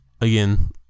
again